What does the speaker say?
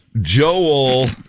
Joel